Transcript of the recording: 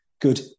good